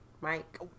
Mike